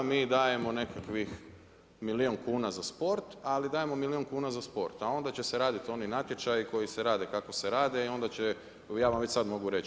Mi dajemo nekakvih milijun kuna za sport, ali dajemo milijun kuna za sport, a onda će se raditi oni natječaji koji se rade kako se rade i onda će, ja vam već sad mogu reći.